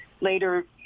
later